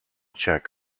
check